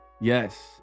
Yes